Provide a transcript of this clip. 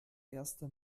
erste